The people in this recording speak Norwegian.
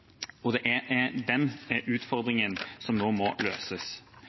Det er den utfordringen som nå må løses.